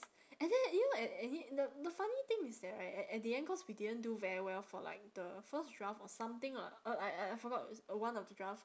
and then you know and and yet the the funny thing is that right at at the end cause we didn't do very well for like the first draft or something lah uh I I forgot it's one of the draft